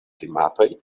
klimatoj